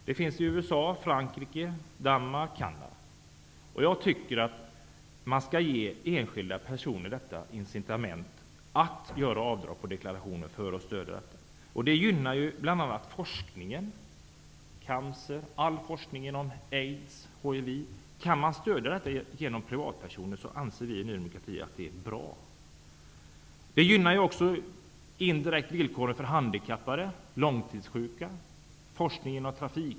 Det finns i USA, Frankrike, Danmark och Canada. Jag tycker att man skall ge enskilda personer det incitament för att stödja allmännyttiga ändamål som det innebär att få göra avdrag på deklarationen. Det gynnar bl.a. forskningen -- jag tänker då t.ex. på forskningen om cancer, aids, hiv. Vi i Ny demokrati anser att det är bra om man kan stödja detta genom privatpersoner. Det förbättrar indirekt också villkoren för exempelvis handikappade och långtidssjuka.